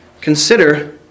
Consider